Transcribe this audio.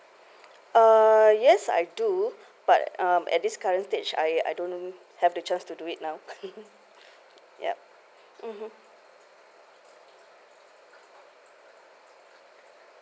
uh yes I do but um at this current stage I I don't have to just to do it now yup mmhmm